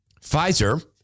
Pfizer